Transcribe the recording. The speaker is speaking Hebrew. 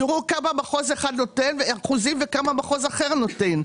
תראו כמה אחוזים נותן מחוז אחד וכמה מחוז אחר נותן.